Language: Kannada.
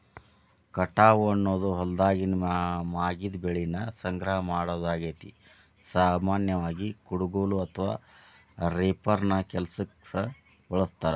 ಕಟಾವು ಅನ್ನೋದು ಹೊಲ್ದಾಗಿನ ಮಾಗಿದ ಬೆಳಿನ ಸಂಗ್ರಹ ಮಾಡೋದಾಗೇತಿ, ಸಾಮಾನ್ಯವಾಗಿ, ಕುಡಗೋಲು ಅಥವಾ ರೇಪರ್ ನ ಈ ಕೆಲ್ಸಕ್ಕ ಬಳಸ್ತಾರ